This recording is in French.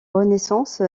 renaissance